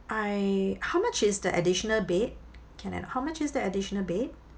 I how much is the additional bed can I know how much is the additional bed